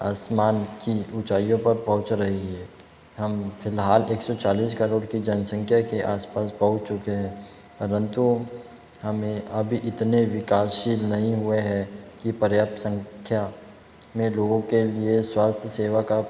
आसमान की ऊंचाइयों पर पहुँच रही है हम फिलहाल एक सौ चालीस करोड़ की जनसंख्या के आसपास पहुँच चुके हैं परंतु हमें अभी इतने विकासशील नहीं हुए हैं कि पर्याप्त संख्या ने लोगों के लिए स्वास्थ्य सेवा का